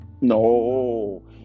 No